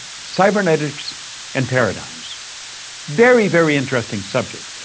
cybernetics and paradigms very, very interesting subject.